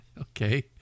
okay